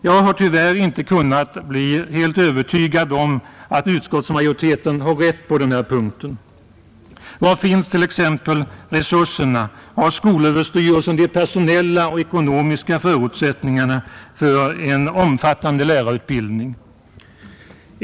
Jag har tyvärr inte kunnat bli helt övertygad om att utskottsmajoriteten har rätt på den här punkten. Var finns t.ex. resurserna? Har skolöverstyrelsen de personella och ekonomiska förutsättningarna för en omfattande lärarutbildning?